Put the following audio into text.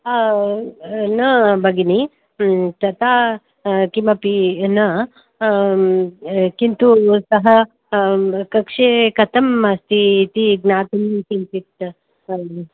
न भगिनि तथा किमपि न किन्तु सः कक्षे कथम् अस्ति इति ज्ञातुं किञ्चित्